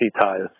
ties